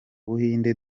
buhinde